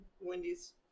Wendy's